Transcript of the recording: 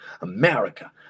America